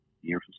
years